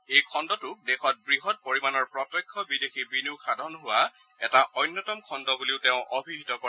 এই খণুটোক দেশত বৃহৎ পৰিমাণৰ প্ৰত্যক্ষ বিদেশী বিনিয়োগ সাধন হোৱা এটা অন্যতম খণ্ড বুলিও তেওঁ অভিহিত কৰে